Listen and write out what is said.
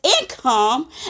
income